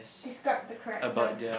describe the characters